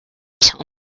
tell